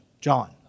John